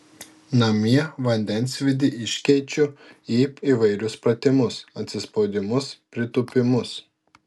namie vandensvydį iškeičiu į įvairius pratimus atsispaudimus pritūpimus